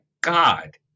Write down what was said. God